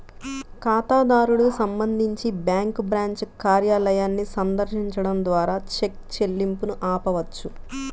ఖాతాదారుడు సంబంధించి bank branch కార్యాలయాన్ని సందర్శించడం ద్వారా చెక్ చెల్లింపును ఆపవచ్చు